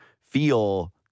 feel –